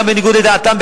גם בניגוד לדעתם,